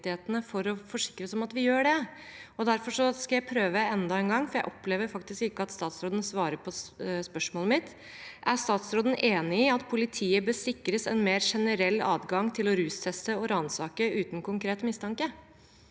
for å forsikre oss om at vi gjør det. Derfor skal jeg prøve enda en gang, for jeg opplever faktisk ikke at statsråden svarer på spørsmålet mitt: Er statsråden enig i at politiet bør sikres en mer generell adgang til å rusteste og ransake uten konkret mistanke?